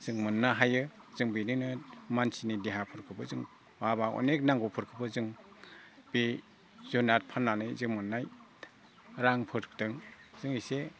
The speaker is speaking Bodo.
जों मोननो हायो जों बिदिनो मानसिनि देहाखोबो जों माबा अनेख नांगौफोरखौबो जों बे जुनाद फाननानै जों मोननाय रांफोरदों जों एसे